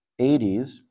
80s